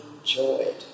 enjoyed